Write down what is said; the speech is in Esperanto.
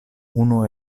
unu